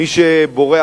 מי שבורח,